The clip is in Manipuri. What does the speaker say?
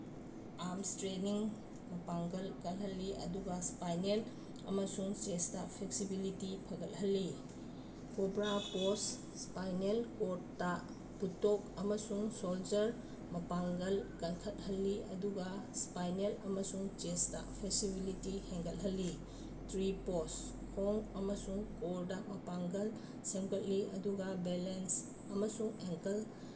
ꯑꯥꯝ ꯏꯁꯇ꯭ꯔꯦꯅꯤꯡ ꯃꯄꯥꯡꯒꯜ ꯀꯜꯍꯜꯂꯤ ꯑꯗꯨꯗ ꯏꯁꯄꯥꯏꯅꯦꯜ ꯑꯃꯁꯨꯡ ꯆꯦꯁꯇ ꯐ꯭ꯂꯦꯛꯁꯤꯕꯤꯂꯤꯇꯤ ꯐꯒꯠꯍꯜꯂꯤ ꯀꯣꯕ꯭ꯔꯥ ꯄꯣꯁ ꯏꯁꯄꯥꯏꯅꯦꯜ ꯀꯣꯔꯠꯇ ꯄꯨꯇꯣꯛ ꯑꯃꯁꯨꯡ ꯁꯣꯜꯖꯔ ꯃꯄꯥꯡꯒꯜ ꯀꯟꯈꯠꯍꯜꯂꯤ ꯑꯗꯨꯒ ꯏꯁꯄꯥꯏꯅꯦꯜ ꯑꯃꯁꯨꯡ ꯆꯦꯁꯇ ꯐ꯭ꯂꯦꯛꯁꯤꯕꯤꯂꯤꯇꯤ ꯍꯦꯟꯒꯠꯍꯜꯂꯤ ꯇ꯭ꯔꯤ ꯄꯣꯁ ꯈꯣꯡ ꯑꯃꯁꯨꯡ ꯀꯣꯔꯗ ꯃꯄꯥꯡꯒꯜ ꯁꯦꯝꯒꯠꯂꯤ ꯑꯗꯨꯒ ꯕꯦꯂꯦꯟꯁ ꯑꯃꯁꯨꯡ ꯑꯦꯡꯀꯜ